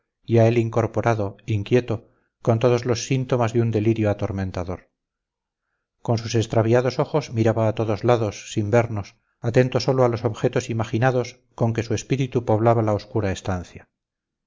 a él incorporado inquieto con todos los síntomas de un delirio atormentador con sus extraviados ojos miraba a todos lados sin vernos atento sólo a los objetos imaginados con que su espíritu poblaba la oscura estancia